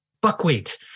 buckwheat